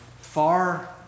far